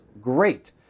great